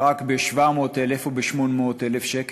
רק ב-700,000 או ב-800,000 שקל,